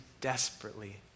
desperately